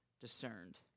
discerned